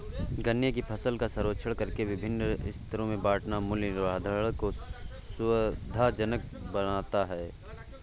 गन्ने की फसल का सर्वेक्षण करके विभिन्न स्तरों में बांटना मूल्य निर्धारण को सुविधाजनक बनाता है